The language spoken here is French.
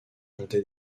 comptait